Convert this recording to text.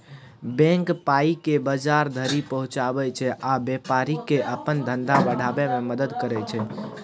bank पाइकेँ बजार धरि पहुँचाबै छै आ बेपारीकेँ अपन धंधा बढ़ाबै मे मदद करय छै